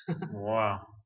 Wow